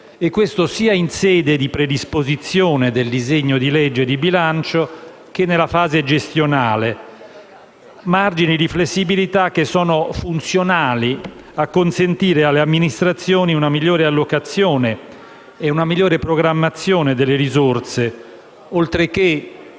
avviene sia in sede di predisposizione del disegno di legge di bilancio che nella fase gestionale. Questi margini di flessibilità sono funzionali a consentire alle amministrazioni una migliore allocazione e una migliore programmazione delle risorse, oltre che